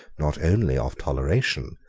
not only of toleration,